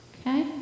okay